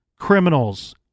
criminals